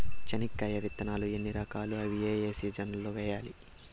చెనక్కాయ విత్తనాలు ఎన్ని రకాలు? అవి ఏ ఏ సీజన్లలో వేయాలి?